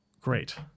great